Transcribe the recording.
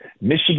Michigan